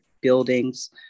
buildings